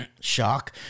shock